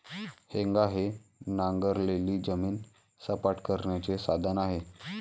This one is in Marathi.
हेंगा हे नांगरलेली जमीन सपाट करण्याचे साधन आहे